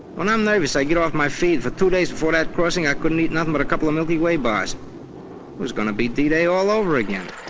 when i'm nervous i get off my feed, for two days before that crossing i couldn't eat nothing but a couple of milky way bars. it was gonna be d-day all over again.